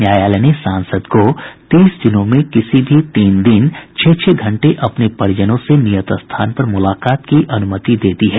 न्यायालय ने सांसद को तीस दिनों में किसी भी तीन दिन छह छह घंटे अपने परिजनों से नियत स्थान पर मुलाकात की अनुमति दे दी है